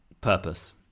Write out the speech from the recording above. purpose